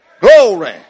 glory